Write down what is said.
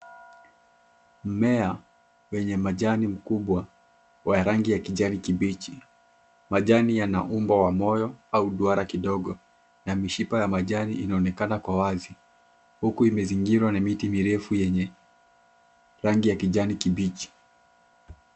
Mmea wenye majani makubwa wa rangi ya kijani kibichi. Majani yana umbo wa moyo au duara kidogo na mishipa ya maji inaonekana kwa wazi huku imezingirwa na miti mirefu yenye rangi ya kijani kibichi.